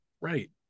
right